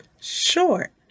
short